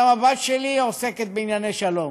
גם הבת שלי עוסקת בענייני שלום,